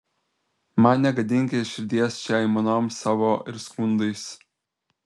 man negadinki širdies čia aimanom savo ir skundais